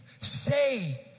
say